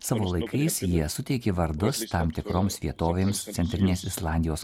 savo laikais jie suteikė vardus tam tikroms vietovėms centrinės islandijos